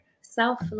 Self